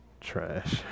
trash